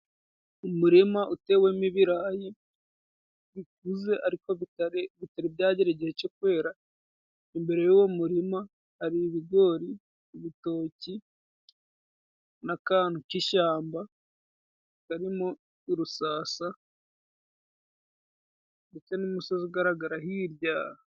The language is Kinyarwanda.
Umurima utewemo ibirayi bikuze ariko bitari byagera igihe cyo kwera. Imbere y'uwo murima hari ibigori, urutoki n'akantu k'ishyamba karimo urusasa, ndetse n'umusozi ugaragara hirya.